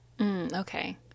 Okay